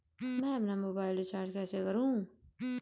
मैं अपना mobile recharge कैसे करूँ?